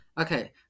Okay